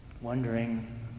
wondering